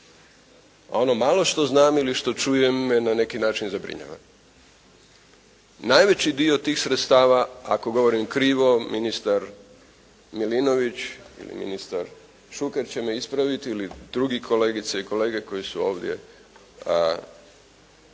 A ono malo što znam ili što čujem me na neki način zabrinjava. Najveći dio tih sredstava ako govorim krivo, ministar Milinović ili ministar Šuker će me ispraviti ili drugi kolegice i kolege koji su ovdje od